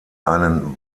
einen